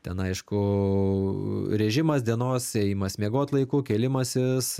ten aišku režimas dienos ėjimas miegoti laiku kėlimasis